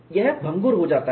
यह भंगुर हो जाता है